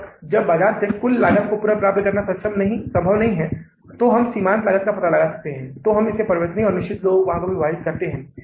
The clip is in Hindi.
तो शुद्ध संतुलन नुकसान है लेकिन उस नुकसान की सीधे गणना नहीं की जाती है हम उस नुकसान या लाभ की दो चरणों में गणना करते हैं